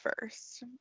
first